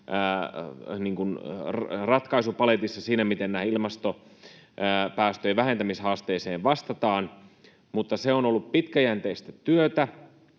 ratkaisupaletissa siinä, miten ilmastopäästöjen vähentämishaasteeseen vastataan, mutta se on ollut pitkäjänteistä työtä.